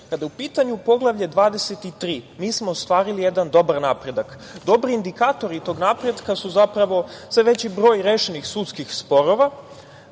je u pitanju Poglavlje 23, mi smo stavili jedan dobar napredak. Dobri indikatori tog napretka su zapravo sve veći broj rešenih sudskih sporova,